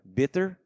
bitter